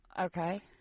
Okay